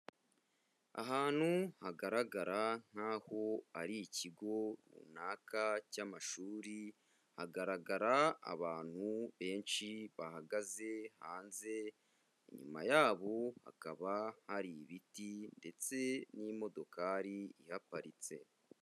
Ahantu hagaragara nk'aho ari ikigo runaka cy'amashuri, hagaragara abantu benshi bahagaze hanze, inyuma yabo hakaba hari ibiti ndetse n'imodokari ihaparitse.